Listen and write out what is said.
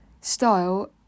style